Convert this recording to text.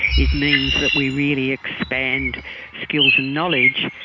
it means that we really expand skills and knowledge,